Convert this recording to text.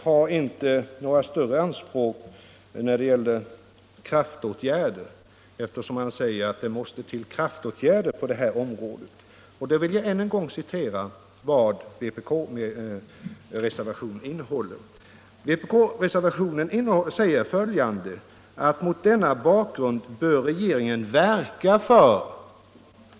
Herr Franzén sade att det måste till kraftåtgärder på detta område. Herr Franzén har tydligen inte några större anspråk på kraftåtgärder, för i vpk-reservationen — jag vill ännu en gång citera den — heter det: ”Mot denna bakgrund bör regeringen verka för ——”.